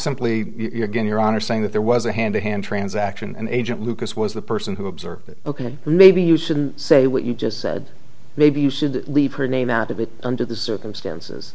simply you're going your honor saying that there was a hand to hand transaction and agent lucas was the person who observed it ok maybe you shouldn't say what you just said maybe you should leave her name out of it under the circumstances